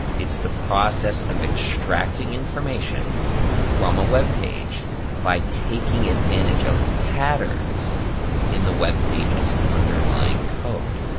it's the process of extracting information from a web page by taking advantage of patterns in the webpage's underlying code.